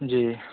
जी